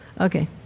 Okay